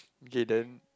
K then